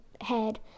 head